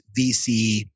VC